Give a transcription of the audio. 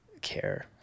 care